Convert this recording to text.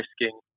risking